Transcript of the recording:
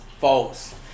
false